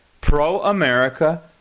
pro-America